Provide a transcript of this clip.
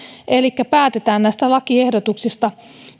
elikkä päätetään näistä lakiehdotuksista